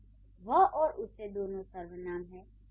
यहाँ 'वह' और 'उसे' दोनों सर्वनाम हैं